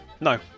No